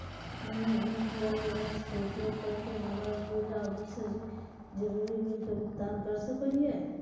हमनी UPI apps के उपयोग करके मोबाइल बिल आ दूसर जरुरी बिल के भुगतान कर सको हीयई